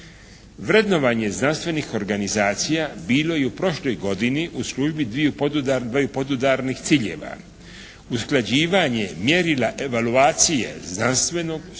Vrednovanje znanstvenih organizacija bilo je u prošloj godini u službi dvaju podudarnih ciljeva. Usklađivanje mjerila evalovacije znanstvenog, stručnog